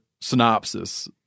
synopsis